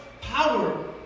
power